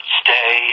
stay